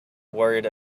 worried